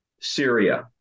Syria